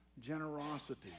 generosity